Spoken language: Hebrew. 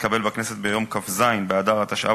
התקבל בכנסת ביום כ"ז באדר התשע"ב,